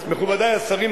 מכובדי השרים,